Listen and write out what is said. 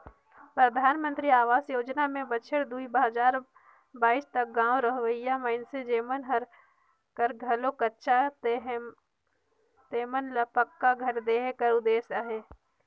परधानमंतरी अवास योजना में बछर दुई हजार बाइस तक गाँव रहोइया मइनसे जेमन कर घर कच्चा हे तेमन ल पक्का घर देहे कर उदेस अहे